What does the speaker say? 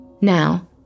Now